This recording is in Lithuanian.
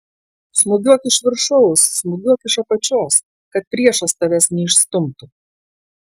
smūgiuok iš viršaus smūgiuok iš apačios kad priešas tavęs neišstumtų